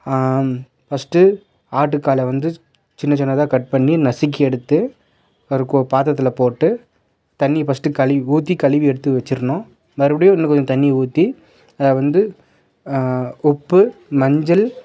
first ஆட்டுக்காலை வந்து சின்ன சின்னதா கட் பண்ணி நசுக்கி எடுத்து ஒரு கோ பாத்திரத்தில் போட்டு தண்ணியை ஃபர்ஸ்ட்டு கழுவி ஊற்றி கழுவி எடுத்து வச்சிடணும் மறுபடியும் இன்னும் கொஞ்சம் தண்ணி ஊற்றி அதில் வந்து உப்பு மஞ்சள்